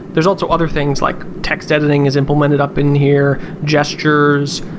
there's also other things like, text editing is implemented up in here, gestures,